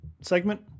segment